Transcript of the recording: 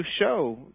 show